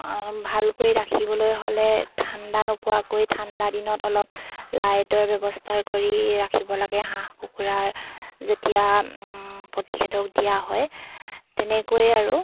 ভালকৈ ৰাখিবলৈ হ'লে ঠাণ্ডা নোপোৱাকৈ ঠাণ্ডা দিনত অলপ লাইটৰ ব্যৱস্থা কৰি ৰাখিব লাগে হাঁহ কুকুৰাৰ যেতিয়া প্ৰতিষেধক দিয়া হয় তেনেকৈয়ে আৰু